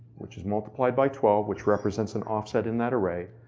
which is multiplied by twelve, which represents an offset in that array.